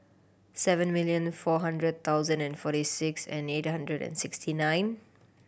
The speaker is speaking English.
seven million four hundred thousand and forty six and eight hundred and sixty nine